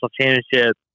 championship